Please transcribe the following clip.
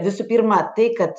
visų pirma tai kad